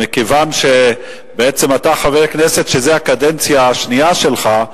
מכיוון שאתה חבר כנסת שזו הקדנציה השנייה שלך,